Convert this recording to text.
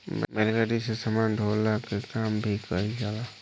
बैलगाड़ी से सामान ढोअला के काम भी कईल जाला